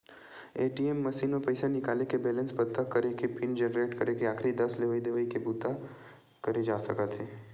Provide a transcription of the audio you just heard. ATM machine म पइसा निकाले के, बेलेंस पता करे के, पिन जनरेट करे के, आखरी दस लेवइ देवइ देखे के बूता करे जा सकत हे